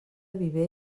viver